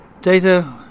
Data